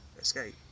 escape